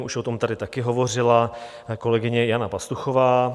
Už o tom tady také hovořila kolegyně Jana Pastuchová.